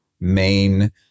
main